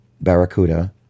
Barracuda